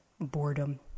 boredom